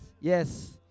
yes